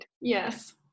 Yes